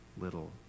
little